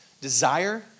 desire